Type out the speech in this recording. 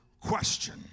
question